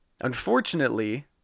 Unfortunately